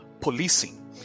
Policing